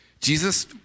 Jesus